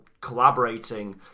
collaborating